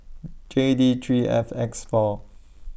J D three F X four